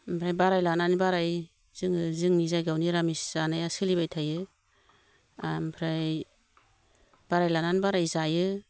ओमफ्राय बाराय लानानै बाराय जोङो जोंनि जायगायाव निरामिस जानाया सोलिबाय थायो ओमफ्राय बाराय लानानै बाराय जायो